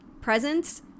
presents